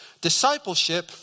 Discipleship